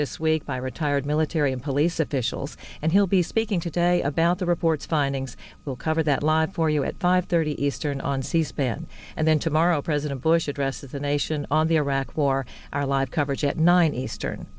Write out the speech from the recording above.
this week by retired military and police officials and he'll be speaking today about the report's findings we'll cover that live for you at five thirty eastern on c span and then tomorrow president bush addresses the nation on the iraq war our live coverage at nine eastern